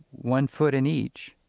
one foot in each,